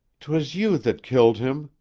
t was you that killed him,